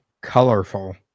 Colorful